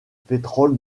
pétrole